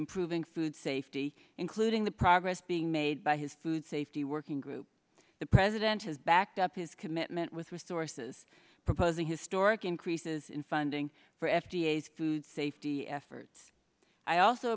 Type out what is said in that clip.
improving food safety including the progress being made by his food safety working group the president has backed up his commitment with resources proposing historic increases in funding for f d a food safety efforts i also